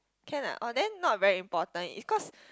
can ah or then not very important is cause